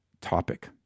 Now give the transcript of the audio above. topic